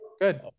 Good